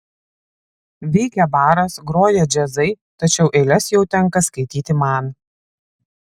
veikia baras groja džiazai tačiau eiles jau tenka skaityti man